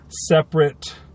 separate